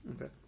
Okay